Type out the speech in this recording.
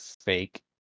fake